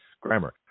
Grammar